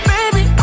Baby